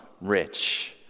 rich